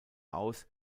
aus